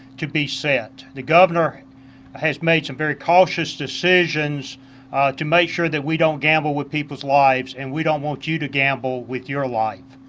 to be set. the governor has made some very cautious decisions to make sure that we don't gamble with people's lives. and we don't want you to gamble with your life.